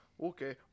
okay